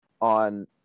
on